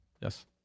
yes